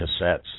cassettes